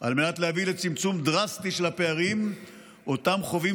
על מנת להביא לצמצום דרסטי של הפערים שאותם חווים